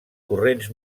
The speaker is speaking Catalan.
corrents